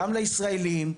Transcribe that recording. גם לישראלים,